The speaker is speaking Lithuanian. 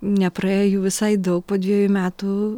nepraėjo jų visai daug po dvejų metų